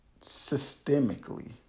systemically